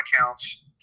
accounts